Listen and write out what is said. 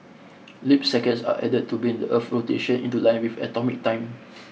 leap seconds are added to bring the Earth's rotation into line with atomic time